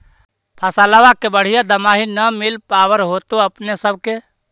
फसलबा के बढ़िया दमाहि न मिल पाबर होतो अपने सब के?